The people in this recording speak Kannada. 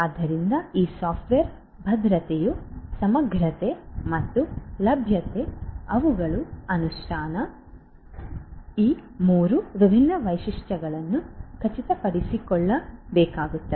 ಆದ್ದರಿಂದ ಈ ಸಾಫ್ಟ್ವೇರ್ ಭದ್ರತೆಯು ಸಮಗ್ರತೆ ಮತ್ತು ಲಭ್ಯತೆ ಮತ್ತು ಅವುಗಳ ಅನುಷ್ಠಾನದ ಈ 3 ವಿಭಿನ್ನ ವೈಶಿಷ್ಟ್ಯಗಳನ್ನು ಖಚಿತಪಡಿಸಿಕೊಳ್ಳಬೇಕಾಗುತ್ತದೆ